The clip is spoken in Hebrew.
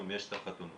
יש את החתונות,